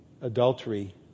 adultery